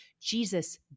Jesus